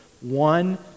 One